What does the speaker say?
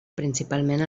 principalment